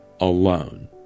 alone